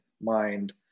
mind